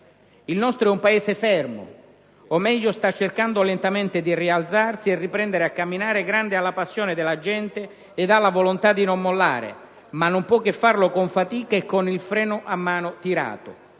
Il nostro è un Paese fermo, o meglio sta cercando lentamente di rialzarsi e riprendere a camminare grazie alla passione della gente ed alla volontà di non mollare, ma non può che farlo con fatica e con il freno a mano tirato,